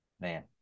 Man